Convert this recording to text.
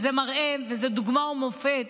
וזה דוגמה ומופת